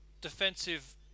defensive